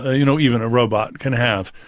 you know, even a robot can have.